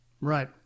Right